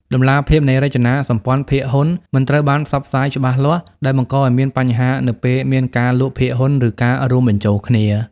តម្លាភាពនៃរចនាសម្ព័ន្ធភាគហ៊ុនមិនត្រូវបានផ្សព្វផ្សាយច្បាស់លាស់ ដែលបង្កឱ្យមានបញ្ហានៅពេលមានការលក់ភាគហ៊ុន ឬការរួមបញ្ចូលគ្នា។